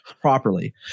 properly